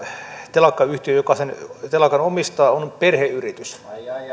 telakkayhtiö joka sen telakan omistaa on perheyritys